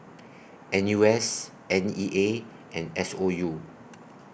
N U S N E A and S O U